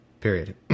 period